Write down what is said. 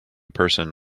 person